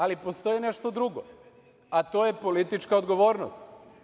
Ali, postoji nešto drugo, a to je politička odgovornost.